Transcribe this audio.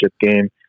game